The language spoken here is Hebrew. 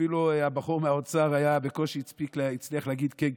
אפילו הבחור מהאוצר בקושי הצליח להגיד: כן,